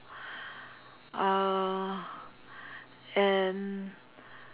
uh and